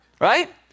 right